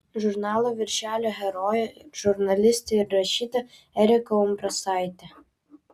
žurnalo viršelio herojė žurnalistė ir rašytoja erika umbrasaitė